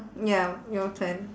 ya your turn